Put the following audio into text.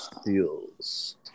steals